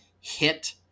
hit